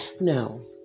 No